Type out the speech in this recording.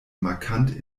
markant